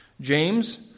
James